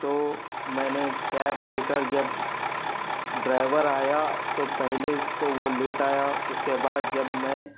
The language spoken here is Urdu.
تو میں نے کیب لے کر جب ڈرائیور آیا تو پہلے تو وہ لیٹ آیا اس کے بعد جب میں